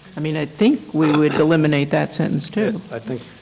i mean i think we would eliminate that sentence too. i think,